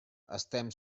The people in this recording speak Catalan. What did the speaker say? estem